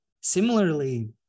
similarly